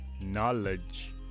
knowledge